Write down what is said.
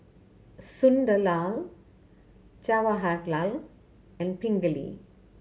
Sunderlal Jawaharlal and Pingali